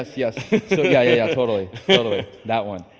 yes yes yeah, totally. that one.